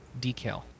decal